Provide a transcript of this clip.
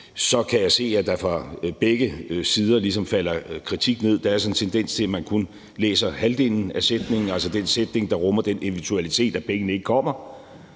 så kan jeg se, at der fra begge sider falder kritik ned. Der er sådan en tendens til, at man kun læser halvdelen af sætningen – altså den sætning, der rummer den eventualitet, at pengene ikke kommer,